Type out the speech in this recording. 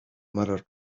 mirror